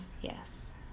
Yes